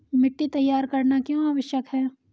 मिट्टी तैयार करना क्यों आवश्यक है?